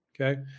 okay